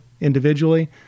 individually